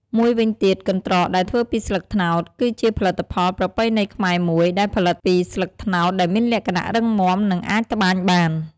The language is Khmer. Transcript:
មួយវិញទៀត កន្ដ្រកដែលធ្វើពីស្លឹកត្នោត គឺជាផលិតផលប្រពៃណីខ្មែរមួយ ដែលផលិតពីស្លឹកត្នោតដែលមានលក្ខណៈរឹងមាំ និងអាចត្បាញបាន។